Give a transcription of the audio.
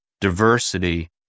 diversity